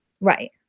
Right